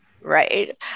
right